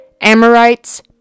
Amorites